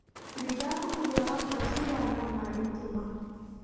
ಬಿಜಾಪುರ ಜ್ವಾಳಾ ಪ್ರಸಿದ್ಧ ಆಗ್ಯಾವ ನಾಡಿನ ತುಂಬಾ